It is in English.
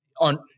on